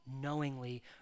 knowingly